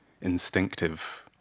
instinctive